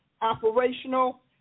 operational